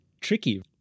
tricky